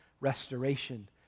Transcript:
restoration